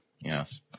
Yes